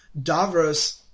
Davros